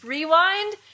Rewind